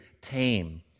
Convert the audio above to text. tame